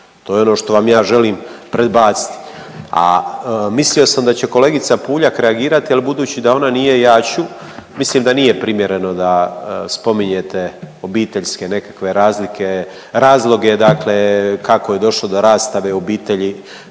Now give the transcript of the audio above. to je ono što vam ja želim predbaciti. A mislio sam da će kolegica Puljak reagirat jel budući da ona nije, ja ću, mislim da nije primjereno da spominjete obiteljske nekakve razlike, razloge dakle kako je došlo do rastave u obitelji